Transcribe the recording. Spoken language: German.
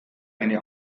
eine